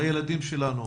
לילדים שלנו,